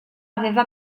aveva